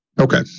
Okay